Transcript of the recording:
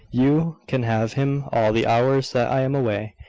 you can have him all the hours that i am away.